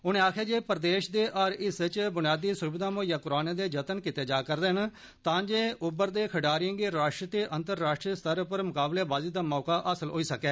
उनें आक्खेया जे प्रदेश दे हर हिस्सें च बुनियादी सुविधां मुहेइया करोआने दे जत्न कीते जा रदे न तां जे उभरदे खडारियें गी राष्ट्री ते अंतराष्ट्री स्तर पर मुकाबलेबाजी दा मौका हासल होवै